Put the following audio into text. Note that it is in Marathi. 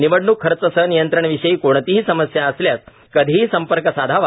निवडणूक खर्च संनियंत्रण विषयी कोणतीही समस्या असल्यास कधीही संपर्क साधावा